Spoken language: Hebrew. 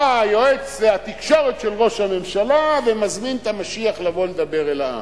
בא יועץ התקשורת של ראש הממשלה ומזמין את המשיח לבוא לדבר אל העם.